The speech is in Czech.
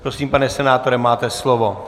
Prosím, pane senátore, máte slovo.